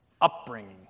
upbringing